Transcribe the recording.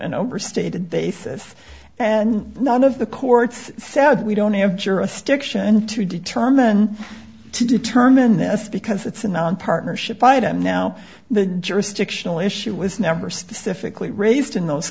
and overstated basis and none of the courts said we don't have jurisdiction to determine to determine this because it's a non partnership item now the jurisdictional issue was never specifically raised in those